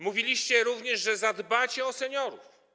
Mówiliście również, że zadbacie o seniorów.